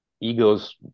ego's